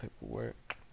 paperwork